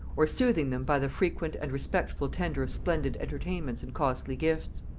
or soothing them by the frequent and respectful tender of splendid entertainments and costly gifts.